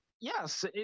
Yes